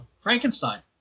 frankenstein